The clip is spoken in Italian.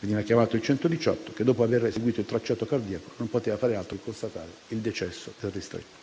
Veniva chiamato il 118 che, dopo aver eseguito il tracciato cardiaco, non poteva far altro che constatare il decesso del ristretto.